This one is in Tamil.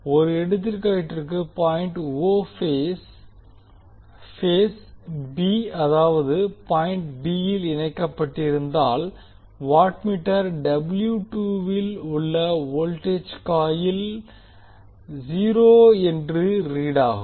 ஒரு எடுத்துக்காட்டிற்கு பாயிண்ட் o பேஸ் b அதாவது பாயிண்ட் b யில் இணைக்கப்பட்டிருந்தால் வாட்மீட்டர் W2 வில் உள்ள வோல்டேஜ் காயில் 0 என்று ரீட் ஆகும்